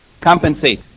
compensate